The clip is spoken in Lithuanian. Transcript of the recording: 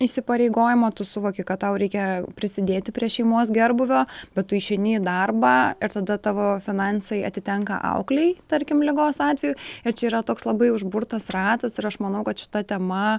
įsipareigojimo tu suvoki kad tau reikia prisidėti prie šeimos gerbūvio bet tu išeini į darbą ir tada tavo finansai atitenka auklei tarkim ligos atveju ir čia yra toks labai užburtas ratas ir aš manau kad šita tema